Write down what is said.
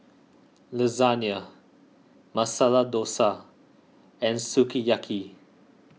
Lasagne Masala Dosa and Sukiyaki